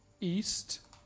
east